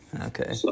Okay